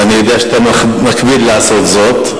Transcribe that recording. ואני יודע שאתה מקפיד לעשות זאת.